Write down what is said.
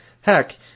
Heck